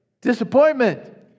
disappointment